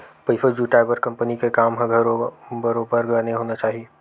पइसा जुटाय बर कंपनी के काम धाम ह बरोबर बने होना चाही